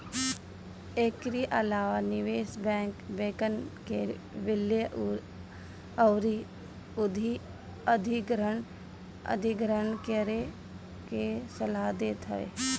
एकरी अलावा निवेश बैंक, बैंकन के विलय अउरी अधिग्रहण करे के सलाह देत हवे